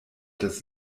das